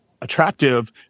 attractive